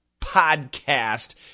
podcast